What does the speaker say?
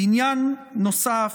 עניין נוסף,